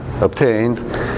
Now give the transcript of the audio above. obtained